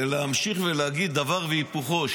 ולהמשיך להגיד דבר והיפוכו,